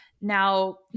Now